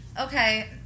okay